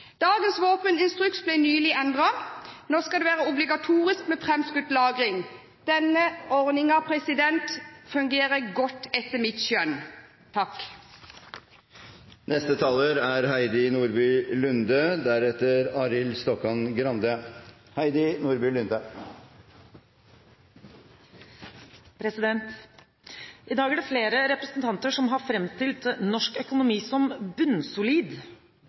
Dagens våpeninstruks ble nylig endret. Nå skal det være obligatorisk med fremskutt lagring. Denne ordningen fungerer godt, etter mitt skjønn. I dag er det flere representanter som har framstilt norsk økonomi som bunnsolid.